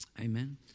Amen